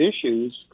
issues